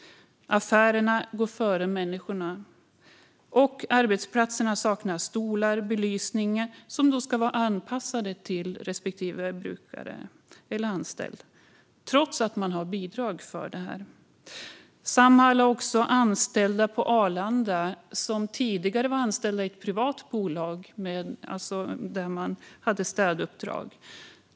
Affärerna går före människorna. Arbetsplatserna saknar stolar och belysning som är anpassade till respektive brukare eller anställd trots att Samhall får bidrag för det. Samhall har också anställda på Arlanda som tidigare var anställda i ett privat bolag med städuppdrag.